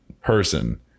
person